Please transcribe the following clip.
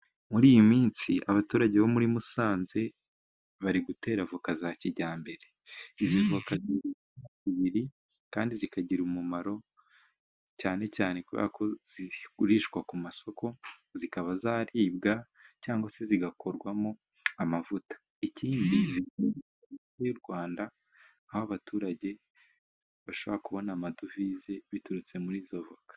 Muri iyi minsi abaturage bo muri Musanze bari gutera voka za kijyambere, izi voka zigira intungamubiri kandi zikagira umumaro cyane cyane kuberako zigurishwa ku masoko zikaba zaribwa cyangwa se zigakorwamo amavuta. Ikindi zigurishwa hanze y'u Rwanda, aho abaturage bashobora kubona amadovize biturutse muri izo voka.